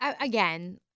Again